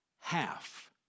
Half